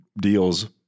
deals